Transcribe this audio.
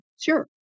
sure